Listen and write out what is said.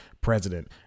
president